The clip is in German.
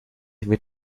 wird